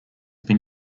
been